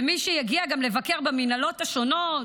ומי שיגיע גם לבקר במינהלות השונות,